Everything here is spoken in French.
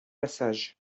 passage